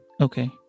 Okay